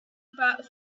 about